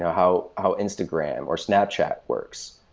how how instagram, or snapchat works.